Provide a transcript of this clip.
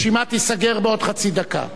הרשימה תיסגר בעוד חצי דקה.